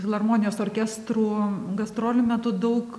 filharmonijos orkestrų gastrolių metu daug